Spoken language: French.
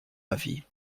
avis